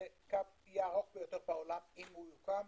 זה יהיה הקו הארוך בעולם, אם יוקם.